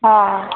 ହଁ